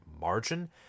margin